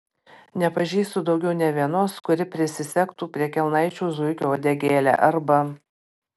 nepažįstu daugiau nė vienos kuri prisisegtų prie kelnaičių zuikio uodegėlę arba